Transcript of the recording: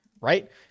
right